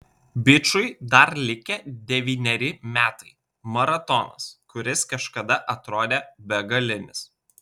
bičui dar likę devyneri metai maratonas kuris kažkada atrodė begalinis